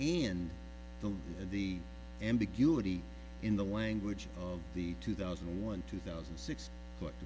and the ambiguity in the language of the two thousand and one two thousand and six but